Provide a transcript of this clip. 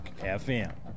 FM